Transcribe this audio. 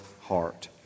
heart